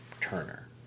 turner